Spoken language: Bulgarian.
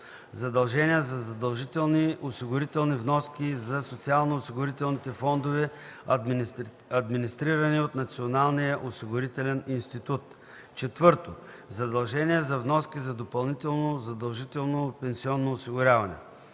задължения за задължителни осигурителни вноски за социалноосигурителните фондове, администрирани от Националния осигурителен институт; 4. задължения за вноски за допълнително задължително пенсионно осигуряване.